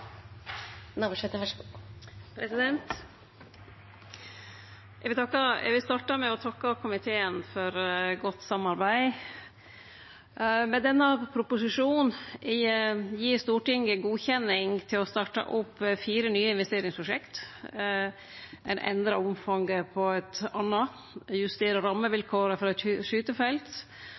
vil starte med å takke komiteen for godt samarbeid. Med denne proposisjonen gir Stortinget godkjenning til å starte opp fire nye investeringsprosjekt, ein endrar omfanget på eit anna, ein justerer rammevilkåra for eit skytefelt